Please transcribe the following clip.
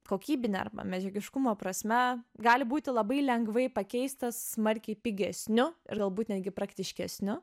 kokybine arba medžiagiškumo prasme gali būti labai lengvai pakeistas smarkiai pigesniu ir galbūt netgi praktiškesniu